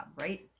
right